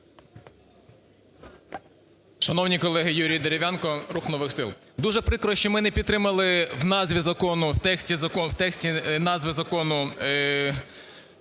Шановні колеги, Юрій Дерев'янко, "Рух нових сил". Дуже прикро, що ми не підтримали в назві закону, в тексті назви закону